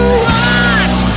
watch